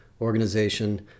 organization